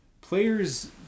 Players